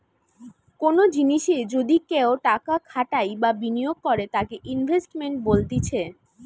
কোনো জিনিসে যদি কেও টাকা খাটাই বা বিনিয়োগ করে তাকে ইনভেস্টমেন্ট বলতিছে